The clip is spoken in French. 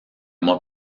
mois